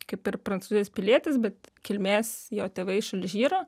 kaip ir prancūzijos pilietis bet kilmės jo tėvai iš alžyro